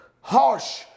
harsh